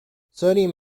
sodium